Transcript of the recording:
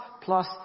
plus